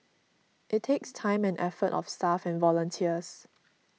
it takes time and effort of staff and volunteers